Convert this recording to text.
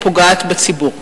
הפוגעת בציבור?